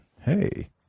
Hey